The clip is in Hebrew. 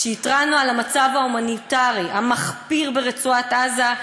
כשהתרענו על המצב ההומניטרי המחפיר ברצועת-עזה,